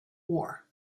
war